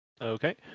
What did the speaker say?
Okay